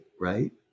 right